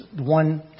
One